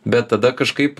bet tada kažkaip